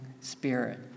spirit